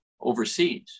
overseas